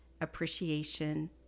appreciation